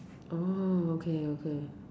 oh okay okay